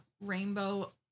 rainbow